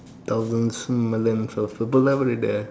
thousands millions everyday